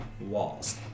walls